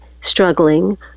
struggling